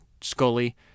Scully